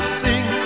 sing